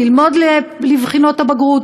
ללמוד לבחינות הבגרות,